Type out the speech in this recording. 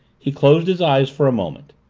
he closed his eyes for a moment.